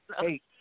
Hey